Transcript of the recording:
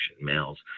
Males